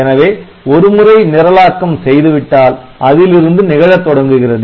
எனவே ஒரு முறை நிரலாக்கம் செய்துவிட்டால் அதிலிருந்து நிகழத் தொடங்குகிறது